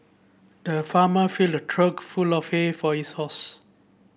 the farmer filled a trough full of hay for his horse